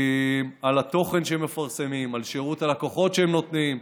על התוכן שמפרסמים, על שירות הלקוחות שנותנים,